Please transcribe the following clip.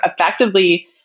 effectively